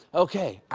okay,